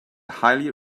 highly